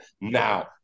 now